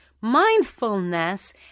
Mindfulness